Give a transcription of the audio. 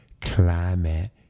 climate